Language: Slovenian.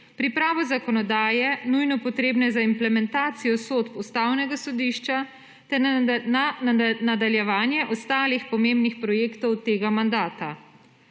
pripravo zakonodaje nujno potrebne za implementacijo sodb Ustavnega sodišča ter na nadaljevanje ostalih pomembnih projektov tega mandata.